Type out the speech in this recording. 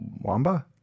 Wamba